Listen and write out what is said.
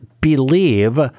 believe